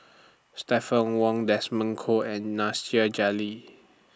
Stephanie Wong Desmond Kon and Nasir Jalil